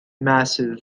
massive